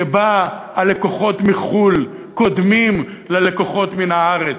שבה הלקוחות מחו"ל קודמים ללקוחות מן הארץ,